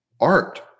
Art